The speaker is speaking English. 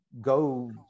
go